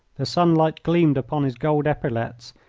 the sunlight gleamed upon his gold epaulettes,